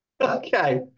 Okay